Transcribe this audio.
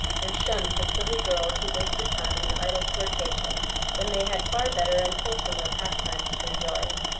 and shunned the silly girls who wasted time in idle flirtation when they had far better and wholesomer pastimes to enjoy.